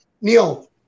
Neil